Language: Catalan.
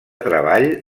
treball